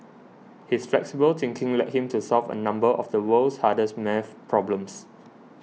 his flexible thinking led him to solve a number of the world's hardest maths problems